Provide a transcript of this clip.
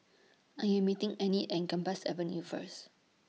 I Am meeting Enid At Gambas Avenue First